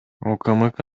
укмк